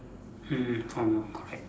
mm formal correct